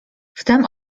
wtem